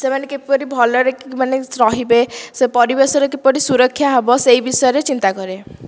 ସେମାନେ କିପରି ଭଲରେ ମାନେ ରହିବେ ସେ ପରିବେଶର କିପରି ସୁରକ୍ଷା ହେବ ସେହି ବିଷୟରେ ଚିନ୍ତା କରେ